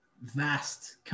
vast